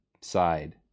side